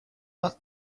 not